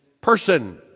person